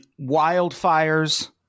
wildfires